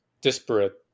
disparate